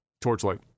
Torchlight